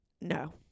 No